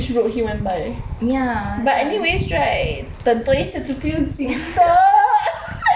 ya that's why